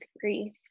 grief